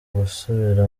gusubira